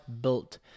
built